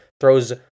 Throws